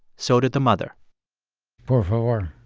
so did the mother por favor,